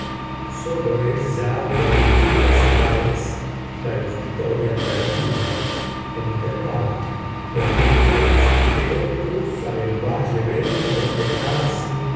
sólo es ya de antiguas edades la historia perdida enterrada los viajeros que hoy cruzan el valle ven reflejarse